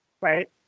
Right